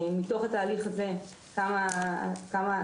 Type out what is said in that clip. מתוך התהליך הזה קמה עמדה,